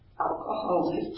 Alcoholic